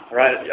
right